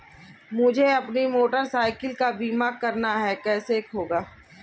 मुझे अपनी motorcycle का बीमा करना है कैसे होगा?